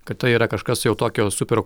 kad tai yra kažkas jau tokio super